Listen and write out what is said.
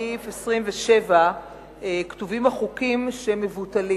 מסעיף 27 כתובים החוקים שמבוטלים: